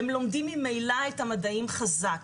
הם לומדים ממילא את המדעים חזק.